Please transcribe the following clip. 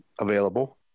available